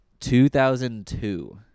2002